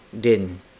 DIN